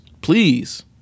Please